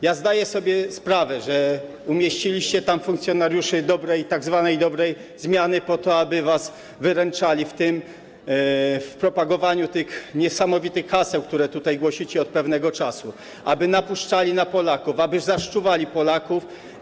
Ja zdaję sobie sprawę, że umieściliście tam funkcjonariuszy tzw. dobrej zmiany po to, aby was wyręczali w tym, w propagowaniu tych niesamowitych haseł, które tutaj głosicie od pewnego czasu, aby napuszczali na Polaków, aby zaszczuwali Polaków.